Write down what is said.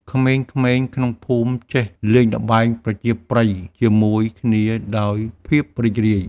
ក្មេងៗក្នុងភូមិចេះលេងល្បែងប្រជាប្រិយជាមួយគ្នាដោយភាពរីករាយ។